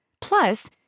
Plus